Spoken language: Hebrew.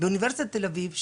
באוניברסיטת תל-אביב,